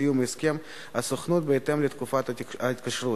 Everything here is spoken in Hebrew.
לכן אני לא הסכמתי, ובסיכום אתם תמכתי בהצעת החוק